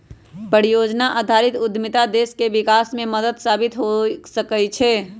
परिजोजना आधारित उद्यमिता देश के विकास में मदद साबित हो सकइ छै